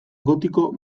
gotiko